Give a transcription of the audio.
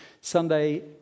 Sunday